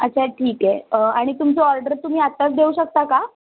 अच्छा ठीक आहे आणि तुमचं ऑर्डर तुम्ही आत्ताच देऊ शकता का